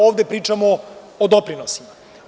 Ovde pričamo o doprinosima.